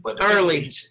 Early